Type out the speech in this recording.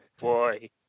boy